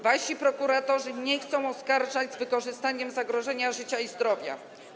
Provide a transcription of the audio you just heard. Wasi prokuratorzy nie chcą oskarżać z wykorzystaniem zagrożenia życia i zdrowia.